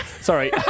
Sorry